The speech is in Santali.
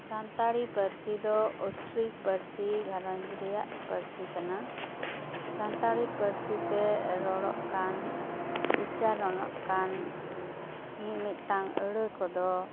ᱥᱟᱱᱛᱟᱲᱤ ᱯᱟᱹᱨᱥᱤ ᱫᱚ ᱚᱥᱴᱨᱤᱠ ᱯᱟᱹᱨᱥᱤ ᱜᱷᱟᱨᱚᱸᱡᱽ ᱨᱮᱭᱟᱜ ᱯᱟᱹᱨᱥᱤ ᱠᱟᱱᱟ ᱥᱟᱱᱛᱟᱲᱤ ᱯᱟᱹᱨᱥᱤ ᱛᱮ ᱨᱚᱲᱚᱜ ᱠᱟᱱ ᱩᱪᱪᱟᱨᱚᱱᱚᱜ ᱠᱟᱱ ᱢᱤᱫ ᱢᱤᱫᱴᱟᱝ ᱟᱹᱲᱟᱹ ᱠᱚᱫᱚ